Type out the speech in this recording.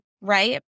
right